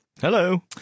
Hello